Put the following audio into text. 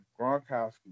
Gronkowski